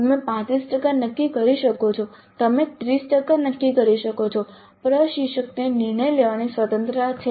તમે 35 ટકા નક્કી કરી શકો છો તમે 30 ટકા નક્કી કરી શકો છો પ્રશિક્ષકને નિર્ણય લેવાની સ્વતંત્રતા છે